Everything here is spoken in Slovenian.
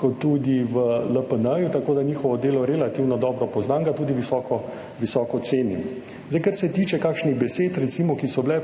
kot tudi v LPN, tako da njihovo delo relativno dobro poznam, ga tudi visoko. Zdaj kar se tiče kakšnih besed recimo, ki so bile